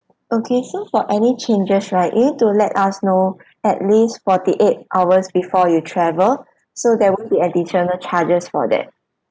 okay so for any changes right you need to let us know at least forty eight hours before you travel so there won't be additional charges for that